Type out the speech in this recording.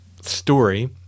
story